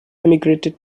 emigrated